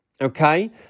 Okay